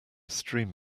stream